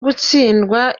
gutsindwa